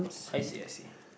I see I see